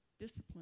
discipline